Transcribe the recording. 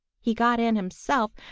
he got in himself,